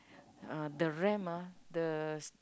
uh the ramp ah the